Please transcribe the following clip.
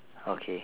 okay